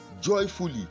joyfully